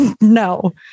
No